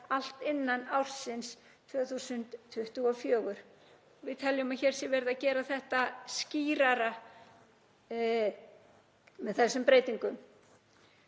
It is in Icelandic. allt innan ársins 2024. Við teljum að hér sé verið að gera þetta skýrara með þessum breytingum.